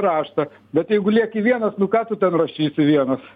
raštą bet jeigu lieki vienas nu ką tu ten rašysi vienas